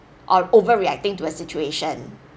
or overreacting to a situation